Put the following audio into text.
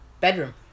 bedroom